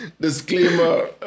disclaimer